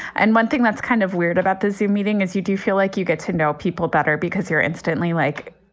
and one thing that's kind of weird about this meeting is you do feel like you get to know people better because you're instantly like,